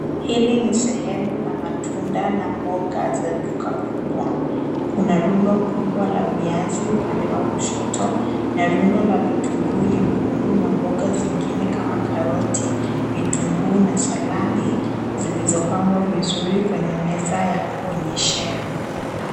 Hili ni sehemu la matunda na mboga za duka kubwa. Kuna rundo kubwa ya viazi upande wa kushota na rundo la vitungu nyekundu na mboga zingine kama karoti, vitungu na saladi zilizopangwa vizuri kwenye meza ya kuonyeshea